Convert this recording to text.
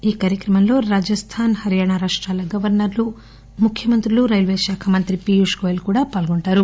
ఈ కార్యక్రమంలో రాజస్థాన్ హర్యానా రాష్ట్రాల గవర్నర్లు ముఖ్యమంత్రులు రైల్వేశాఖ మంత్రి పీయూష్ గోయెల్ కూడా పాల్గొంటారు